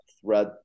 thread